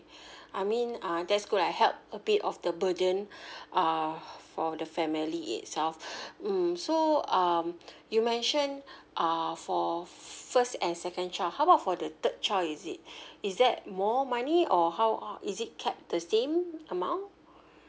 I mean uh that's good I help a bit of the burden uh for the family itself mm so um you mentioned uh for first and second child how about for the third child is it is that more money or how is it kept the same amount